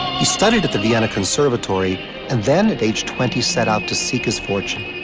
he studied at the vienna conservatory and then, at age twenty, set out to seek his fortune.